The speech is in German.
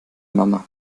mama